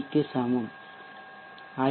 க்கு சமம் ஐ